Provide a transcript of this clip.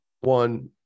one